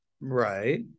right